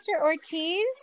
Ortiz